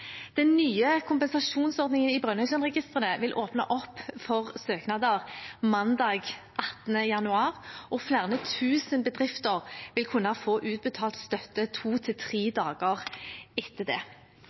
Den nye kompensasjonsordningen i Brønnøysundregistrene vil åpne opp for søknader mandag 18. januar, og flere tusen bedrifter vil kunne få utbetalt støtte to til tre